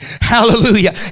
hallelujah